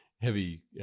heavy